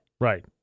Right